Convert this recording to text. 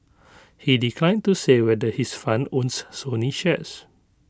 he declined to say whether his fund owns Sony shares